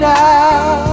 now